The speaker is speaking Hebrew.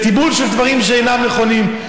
בתיבול של דברים שאינם נכונים,